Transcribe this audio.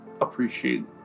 appreciate-